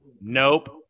nope